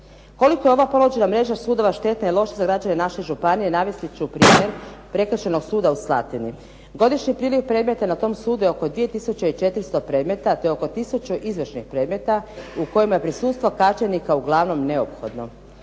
Koliko je ova ponuđena mreža sudova štetna i loša za građane naše županije navesti ću primjer Prekršajnog suda u Slatini. Godišnji priljev predmeta na tom sudu je oko 2 tisuće i 400 predmeta, a to je oko tisuću izvršnih predmeta u kojima prisustvo kažnjenika uglavnom neophodno.